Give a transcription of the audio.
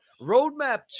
roadmap